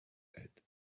head